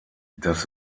das